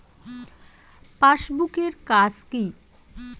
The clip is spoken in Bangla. পাশবুক এর কাজ কি?